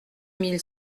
mille